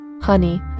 honey